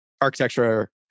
architecture